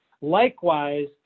Likewise